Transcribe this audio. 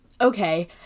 okay